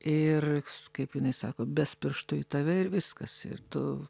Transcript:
ir kaip jinai sako bes pirštu į tave ir viskas ir tu